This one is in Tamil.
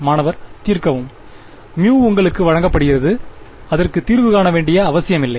மாணவர் தீர்க்கவும் μ உங்களுக்கு வழங்கப்படுகிறது அதற்கு தீர்வு காண வேண்டிய அவசியமில்லை